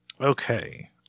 Okay